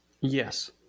Yes